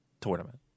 Tournament